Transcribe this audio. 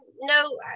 No